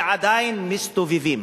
ועדיין מסתובבים.